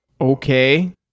Okay